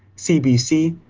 cbc,